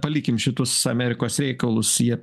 palikim šitus amerikos reikalus jie